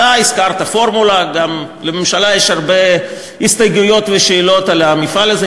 אתה הזכרת "פורמולה" גם לממשלה יש הרבה הסתייגויות ושאלות על המפעל הזה,